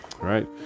right